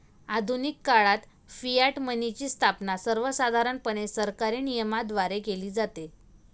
आधुनिक काळात फियाट मनीची स्थापना सर्वसाधारणपणे सरकारी नियमनाद्वारे केली जाते